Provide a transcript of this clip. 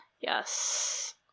Yes